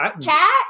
Cat